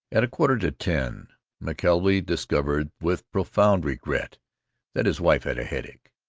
at a quarter to ten mckelvey discovered with profound regret that his wife had a headache.